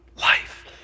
life